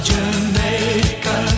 Jamaica